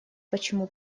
почему